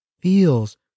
feels